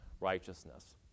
righteousness